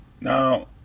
Now